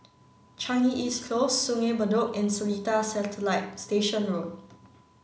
Changi East Close Sungei Bedok and Seletar Satellite Station Road